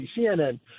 CNN